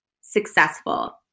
successful